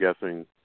guessing